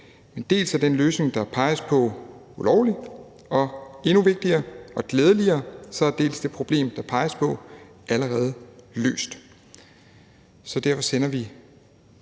dels er den løsning, der peges på, ulovlig, dels og endnu vigtigere og glædeligere så er det problem, der peges på, allerede løst. Derfor sender vi